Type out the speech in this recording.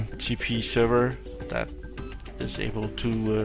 smtp server that is able to